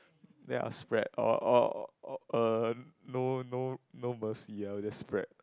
then I'll spread or or or uh no no no mercy I'll just spread